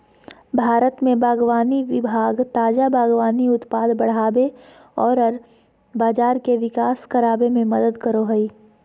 भारत में बागवानी विभाग ताजा बागवानी उत्पाद बढ़ाबे औरर बाजार के विकास कराबे में मदद करो हइ